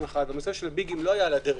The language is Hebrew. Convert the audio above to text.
אחת - ונושא הביגים לא היה על הדרך.